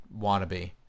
wannabe